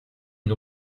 une